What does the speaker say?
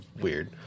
weird